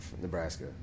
Nebraska